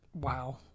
Wow